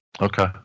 Okay